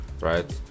right